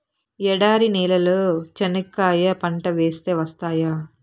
ఎడారి నేలలో చెనక్కాయ పంట వేస్తే వస్తాయా?